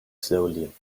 slowly